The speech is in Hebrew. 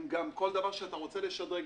גם כל דבר שאתה רוצה לשדרג,